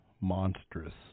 monstrous